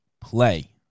play